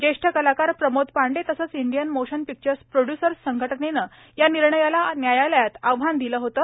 ज्येष्ठ कलाकार प्रमोद पांडे तसंच इंडियन मोशन पिक्चर्स प्रोड्यूसर्स संघटनेनं या निर्णयाला न्यायालयात आव्हान दिलं होतं